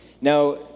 Now